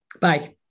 Bye